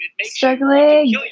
Struggling